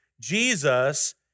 Jesus